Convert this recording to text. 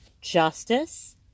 justice